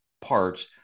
parts